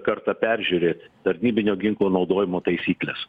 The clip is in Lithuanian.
kartą peržiūrėt tarnybinio ginklo naudojimo taisykles